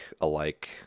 alike